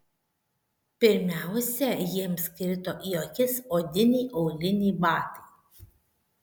pirmiausia jiems krito į akis odiniai auliniai batai